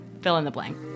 fill-in-the-blank